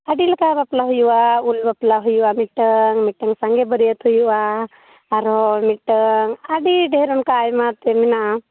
ᱟᱹᱰᱤ ᱞᱮᱠᱟ ᱵᱟᱯᱞᱟ ᱦᱩᱭᱩᱜᱼᱟ ᱩᱞ ᱵᱟᱯᱞᱟ ᱦᱩᱭᱩᱜᱼᱟ ᱢᱤᱫᱴᱟᱝ ᱢᱤᱫᱴᱟᱝ ᱥᱟᱸᱜᱮ ᱵᱟᱹᱨᱭᱟᱹᱛ ᱦᱩᱭᱩᱜᱼᱟ ᱟᱨᱚ ᱢᱤᱫᱴᱟᱝ ᱟᱹᱰᱤ ᱰᱷᱮᱨ ᱚᱱᱠᱟ ᱟᱭᱢᱟ ᱮᱱᱛᱮᱫ ᱢᱮᱱᱟᱜᱼᱟ